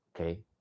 Okay